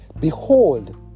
Behold